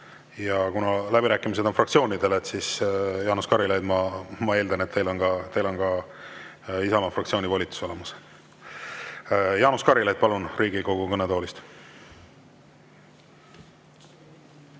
Kuna läbirääkimised on fraktsioonidele, siis, Jaanus Karilaid, ma eeldan, et teil on Isamaa fraktsiooni volitus olemas. Jaanus Karilaid, palun, Riigikogu kõnetoolist.